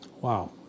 Wow